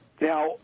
Now